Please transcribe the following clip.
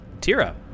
Tira